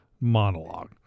monologue